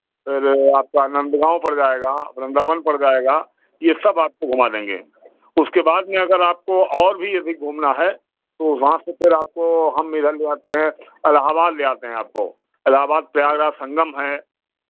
फिर आपका नंदगांव पड़ जाएगा वृन्दावन पड़ जाएगा ये सब आपको घुमा देंगे उसके बाद में अगर आपको और भी अधिक घूमना है तो वहाँ से फिर आपको हम इधर ले आते हैं इलाहाबाद ले आते हैं आपको इलाहाबाद प्रयागराज संगम है